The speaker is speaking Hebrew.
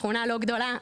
שכונה לא גדולה,